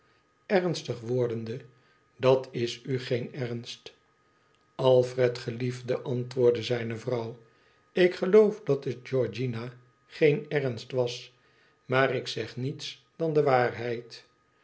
ernstig wordende dat is u geen ernst alfred geliefde antwoordde zijne vrouw tik geloof dat het georgiana geen ernst was maar ik zeg niets dan de waarheid